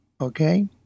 Okay